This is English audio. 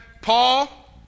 Paul